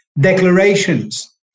declarations